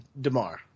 DeMar